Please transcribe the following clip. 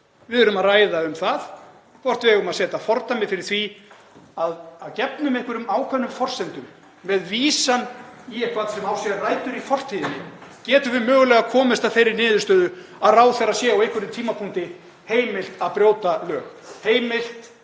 Við erum að ræða um það hvort við eigum að setja fordæmi fyrir því, að gefnum einhverjum ákveðnum forsendum, með vísan í eitthvað sem á sér rætur í fortíðinni, að við getum mögulega komist að þeirri niðurstöðu að ráðherra sé á einhverjum tímapunkti heimilt að brjóta lög,